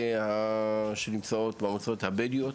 כי היו התייקרויות משמעותיות בשנתיים האחרונות כידוע.